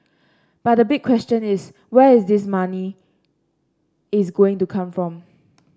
but the big question is where is this money is going to come from